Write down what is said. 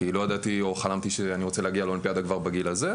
כי לא ידעתי או חלמתי שאני רוצה לאולימפיאדה כבר בגיל הזה.